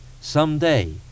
Someday